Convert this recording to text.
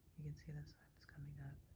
you can see the sun is coming up.